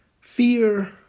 Fear